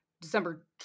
December